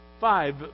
five